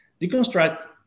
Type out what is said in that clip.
Deconstruct